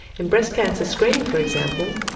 in breast cancer screening for example,